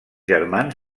germans